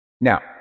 Now